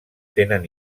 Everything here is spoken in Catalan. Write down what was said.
tenen